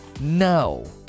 No